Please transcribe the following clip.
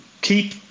keep